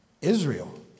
Israel